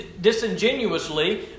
disingenuously